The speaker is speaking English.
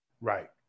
Right